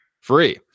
Free